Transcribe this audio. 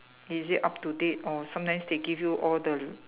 is it up to date or sometimes they give you all the